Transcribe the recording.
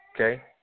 Okay